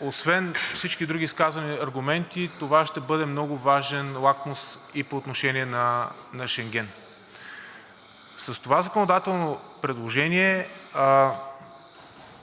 освен всички други изказани аргументи това ще бъде много важен лакмус и по отношение на Шенген. С това законодателно предложение